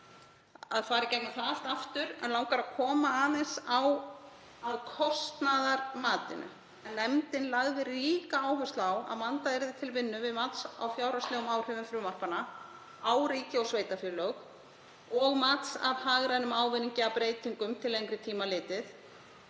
ekki í gegnum það allt aftur, en mig langar að koma aðeins aftur að kostnaðarmatinu. Nefndin lagði ríka áherslu á að vandað yrði til vinnu við mat á fjárhagslegum áhrifum frumvarpanna á ríki og sveitarfélög og við mat á hagrænum ávinningi af breytingum til lengri tíma litið.